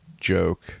joke